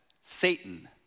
Satan